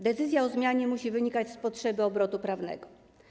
Decyzja o zmianie musi wynikać z potrzeby obrotu prawnego.